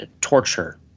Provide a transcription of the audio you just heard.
torture